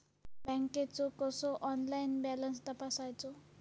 बँकेचो कसो online balance तपासायचो?